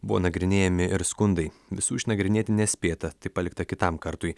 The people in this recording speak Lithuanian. buvo nagrinėjami ir skundai visų išnagrinėti nespėta tai palikta kitam kartui